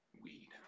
Weed